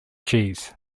cheese